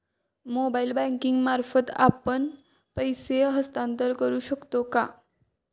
Mobile banking मार्फत आपण पैसे हस्तांतरण करू शकतो का?